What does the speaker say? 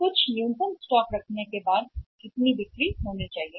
बिक्री कुछ न्यूनतम स्टॉक जो हम रख रहे हैं उसे अलग करके यह बहुत होना चाहिए